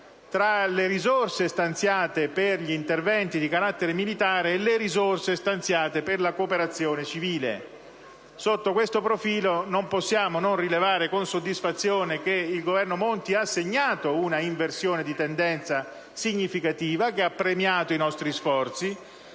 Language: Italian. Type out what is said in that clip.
tra le risorse stanziate per gli interventi di carattere militare e quelle stanziate per la cooperazione civile. Sotto questo profilo non possiamo non rilevare con soddisfazione che il Governo Monti ha segnato un'inversione di tendenza significativa, che ha premiato i nostri sforzi.